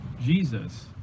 Jesus